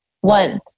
one